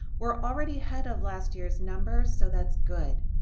we're already head of last year's numbers so that's good.